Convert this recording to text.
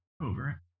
over